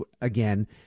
again